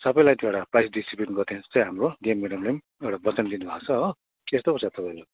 सबैलाई त्यो एउटा प्राइस डिस्ट्रिब्युट गर्ने चाहिँ हाम्रो डिएम मेडमले पनि एउटा वचन दिनुभएको छ हो त्यस्तो पो छ त तपाईँको